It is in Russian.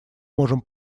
можем